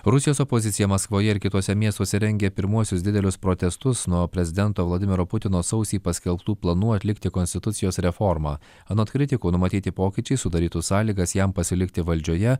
rusijos opozicija maskvoje ir kituose miestuose rengia pirmuosius didelius protestus nuo prezidento vladimiro putino sausį paskelbtų planų atlikti konstitucijos reformą anot kritikų numatyti pokyčiai sudarytų sąlygas jam pasilikti valdžioje